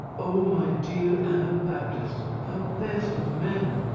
oh, my dear anabaptist, thou best of men,